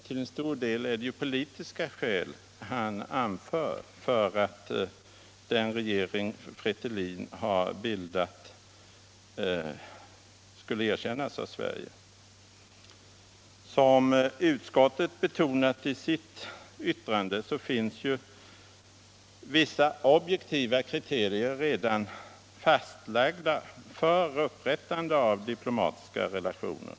Till stor del är det politiska skäl han anför för att den regering Fretilin har bildat skulle erkännas av Sverige. Som utskottet har betonat finns ju vissa objektiva kriterier redan fastlagda för upprättande av diplomatiska relationer.